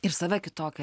ir save kitokią